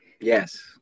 Yes